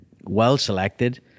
well-selected